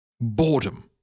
Boredom